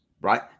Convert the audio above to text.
right